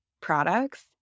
products